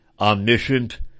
omniscient